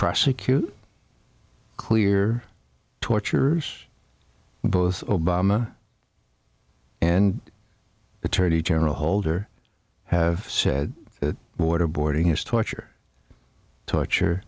prosecute clear torturers both obama and attorney general holder have said that waterboarding is torture torture